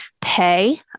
pay